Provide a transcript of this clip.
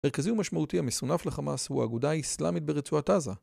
מרכזי ומשמעותי המסונף לחמאס הוא האגודה האסלאמית ברצועת עזה.